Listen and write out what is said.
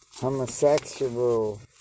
homosexual